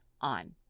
on